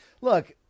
look